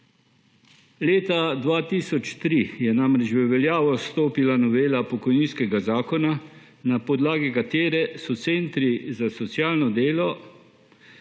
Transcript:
Leta 2003 je namreč v veljavo stopila novela pokojninskega zakona, na podlagi katere so centri za socialno delo